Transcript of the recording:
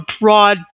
broad